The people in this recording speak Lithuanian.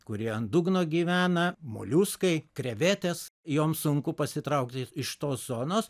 kurie ant dugno gyvena moliuskai krevetės joms sunku pasitraukti iš tos zonos